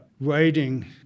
writing